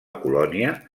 colònia